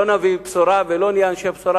לא נביא בשורה ולא נהיה אנשי בשורה